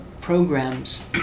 programs